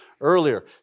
earlier